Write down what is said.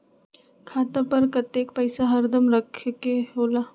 खाता पर कतेक पैसा हरदम रखखे के होला?